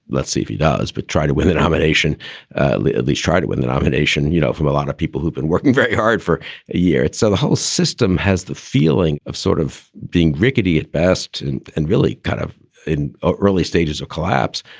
let's see if he does. but try to win the nomination at least try to win the nomination. you know, from a lot of people who've been working very hard for a year. so the whole system has the feeling of sort of being rickety at best and really kind of in early stages of collapse.